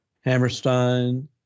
Hammerstein